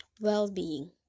well-being